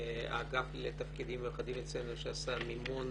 והאגף לתפקידים מיוחדים אצלנו שעשה מימון